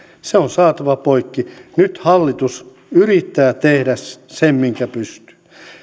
se on saatava poikki nyt hallitus yrittää tehdä sen minkä pystyy